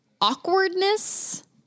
Awkwardness